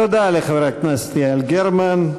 תודה לחברת הכנסת יעל גרמן.